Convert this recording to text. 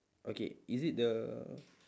okay is it the